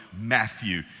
Matthew